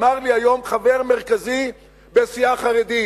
אמר לי היום חבר מרכזי בסיעה חרדית.